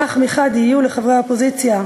כך מחד יהיו לחברי האופוזיציה,